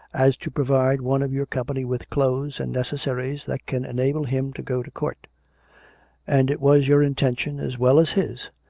as to provide one of your company with clothes and necessaries that can enable him to go to court and it was your inten tion, as well as his,